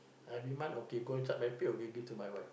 every month okay go inside my pay okay give to my wife